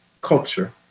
culture